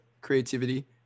creativity